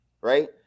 right